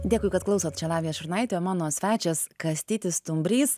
dėkui kad klausot čia lavija šurnaitė o mano svečias kastytis stumbrys